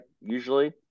usually